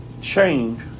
Change